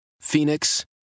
Phoenix